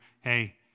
hey